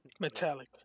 Metallic